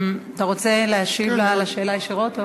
אתה רוצה להשיב לה על השאלה ישירות?